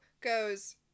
goes